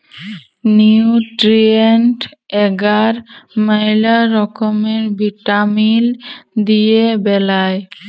nutrient এগার ম্যালা রকমের ভিটামিল দিয়ে বেলায়